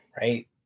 right